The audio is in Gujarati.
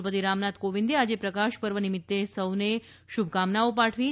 રાષ્ટ્રપતિ રામનાથ કોવિદે આજે પ્રકાશ પર્વ નિમિત્તે સૌને શુભકામનાઓ પાઠવી છે